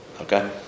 Okay